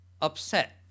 upset